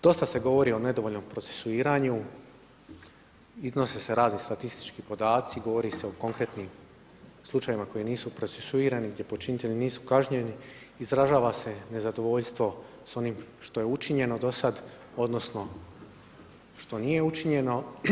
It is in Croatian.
Dosta se govori o nedovoljnom procesuiranju, iznose se razni statistički podaci, govori se o konkretnim slučajevima koji nisu procesuirani, gdje počinitelji nisu kažnjeni, izražava se nezadovoljstvo s onim što je učinjeno do sad, odnosno što nije učinjeno.